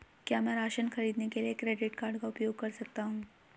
क्या मैं राशन खरीदने के लिए क्रेडिट कार्ड का उपयोग कर सकता हूँ?